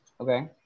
Okay